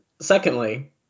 Secondly